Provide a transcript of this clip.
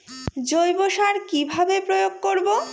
জৈব সার কি ভাবে প্রয়োগ করব?